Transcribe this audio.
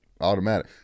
Automatic